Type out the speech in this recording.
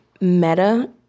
meta